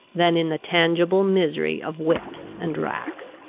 than in the tangible misery of whips and racks!